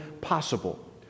possible